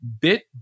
bit